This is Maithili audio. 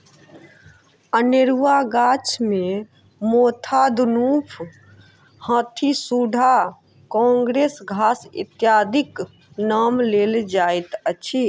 अनेरूआ गाछ मे मोथा, दनुफ, हाथीसुढ़ा, काँग्रेस घास इत्यादिक नाम लेल जाइत अछि